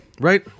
Right